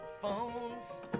Phones